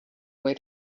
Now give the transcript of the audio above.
way